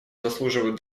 заслуживают